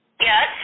Yes